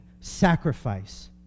sacrifice